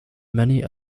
many